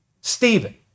Stephen